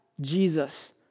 Jesus